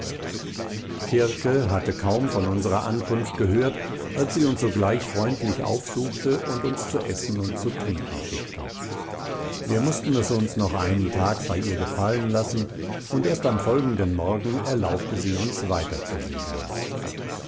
hatte kaum von unserer ankunft gehört als sie uns sogleich freundlich aufsuchte und uns zu essen und zu trinken schickte wir mußten es uns noch einen tag bei ihr gefallen lassen und erst am folgenden morgen erlaubte sie uns weiter zu segeln